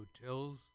Hotels